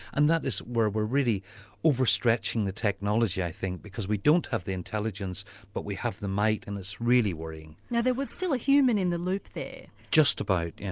and that is where we're really overstretching the technology i think, because we don't have the intelligence but we have the might and it's really worrying. now there was still a human in the loop there. just about,